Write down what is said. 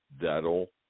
that'll